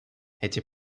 эти